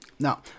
Now